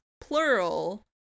plural